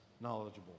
knowledgeable